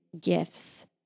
gifts